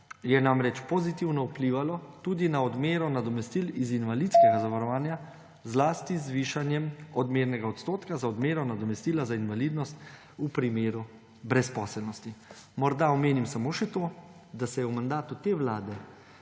je namreč pozitivno vplivalo tudi na odmero nadomestil iz invalidskega zavarovanja, zlasti z višanjem odmernega odstotka za odmero nadomestila za invalidnost v primeru brezposelnosti. Morda omenim samo še to, da se je v mandatu te vlade,